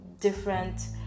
different